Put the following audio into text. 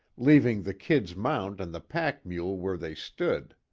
leaving the kid's mount and the pack mule where they stood.